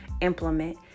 implement